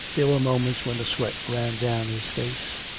there were moments when the sweat ran down his face,